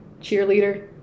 Cheerleader